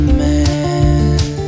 man